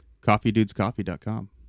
CoffeeDudesCoffee.com